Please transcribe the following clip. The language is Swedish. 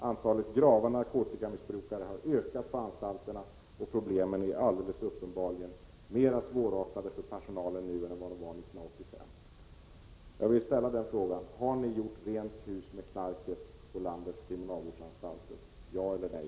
Antalet grava narkotikamissbrukare på anstalterna har ökat, och problemen är alldeles uppenbarligen mer svårartade för personalen nu än de var 1985. Jag vill fråga: Har ni gjort rent hus med knarket på landets kriminalvårdsanstalter, ja eller nej?